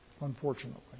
unfortunately